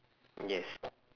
yes